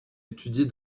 étudier